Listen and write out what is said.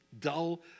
dull